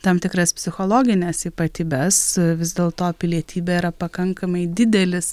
tam tikras psichologines ypatybes vis dėlto pilietybė yra pakankamai didelis